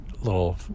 little